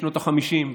בשנות החמישים,